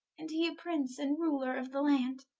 and he a prince, and ruler of the land